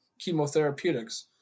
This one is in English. chemotherapeutics